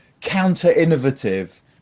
counter-innovative